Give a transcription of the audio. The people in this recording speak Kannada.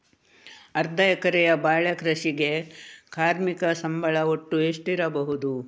ಅರ್ಧ ಎಕರೆಯ ಬಾಳೆ ಕೃಷಿಗೆ ಕಾರ್ಮಿಕ ಸಂಬಳ ಒಟ್ಟು ಎಷ್ಟಿರಬಹುದು?